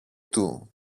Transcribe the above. του